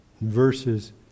verses